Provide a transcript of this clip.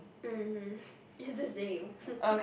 mmhmm it's his name